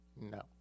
No